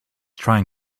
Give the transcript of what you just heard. trying